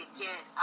get